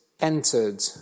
entered